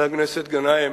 והתבטאתי,